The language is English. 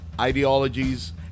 ideologies